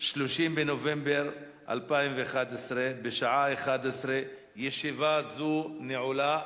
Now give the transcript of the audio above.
30 בנובמבר 2011, בשעה 11:00. ישיבה זו נעולה.